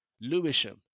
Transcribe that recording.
Lewisham